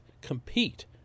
compete